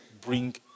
bring